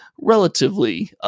relatively